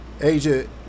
Asia